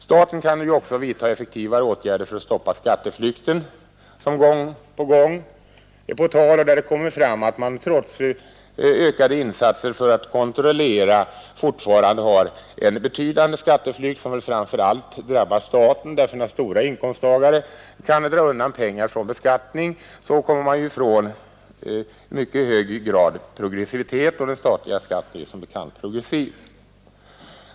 Staten kan också vidta effektivare åtgärder för att stoppa skatteflykten, som gång på gång är på tal när det kommer fram att man trots ökade insatser för att kontrollera fortfarande har en betydande skatteflykt, som framför allt drabbar staten, därför att stora inkomsttagare kan dra undan pengar från beskattning. Därigenom kommer de ju i mycket högre grad ifrån progressiviteten — den statliga skatten är som bekant progressiv.